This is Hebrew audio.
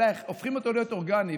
איך הופכים אותו להיות אורגני.